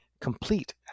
complete